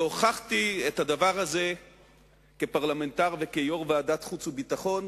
הוכחתי את הדבר הזה כפרלמנטר וכיושב-ראש ועדת החוץ והביטחון.